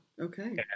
okay